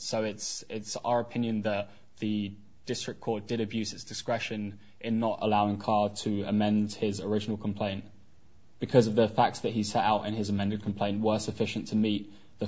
so it's it's our opinion that the district court did abuses discretion in not allowing call to amend his original complaint because of the facts that he set out and his amended complaint was sufficient to meet the